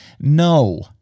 No